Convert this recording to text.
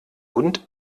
und